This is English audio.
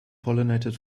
pollinated